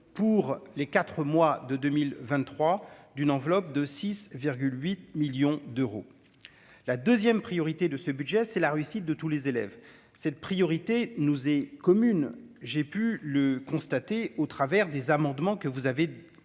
pour les 4 mois de 2023 d'une enveloppe de 6 8 millions d'euros, la 2ème, priorité de ce budget, c'est la réussite de tous les élèves cette priorité nous est commune, j'ai pu le constater au travers des amendements que vous avez déposé,